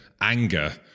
anger